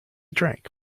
drink